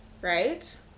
right